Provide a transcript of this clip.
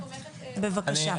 בבקשה.